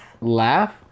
Laugh